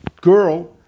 girl